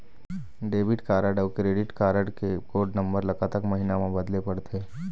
Debit card अऊ credit card code कोड नंबर ला कतक महीना मा बदले पड़थे?